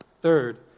Third